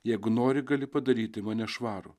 jeigu nori gali padaryti mane švarų